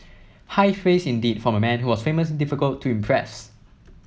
high praise indeed from a man who was famously difficult to impress